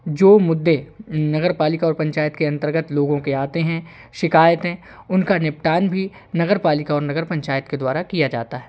जो मुद्दे नगर पालिका और पंचायत के अंतर्गत लोगों के आते हैं शिकायतें उनका निपटान भी नगरपालिका और नगर पंचायत के द्वारा किया जाता है